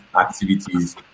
activities